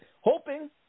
hoping